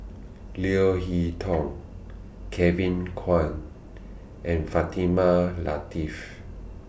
Leo Hee Tong Kevin Kwan and Fatimah Lateef